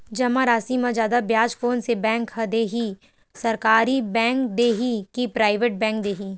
जमा राशि म जादा ब्याज कोन से बैंक ह दे ही, सरकारी बैंक दे हि कि प्राइवेट बैंक देहि?